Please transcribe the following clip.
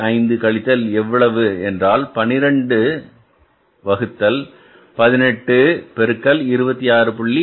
5 கழித்தல் எவ்வளவு என்றால் 12 வகுத்தல் பதினெட்டு பெருக்கல் 26